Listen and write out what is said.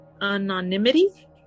anonymity